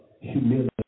humility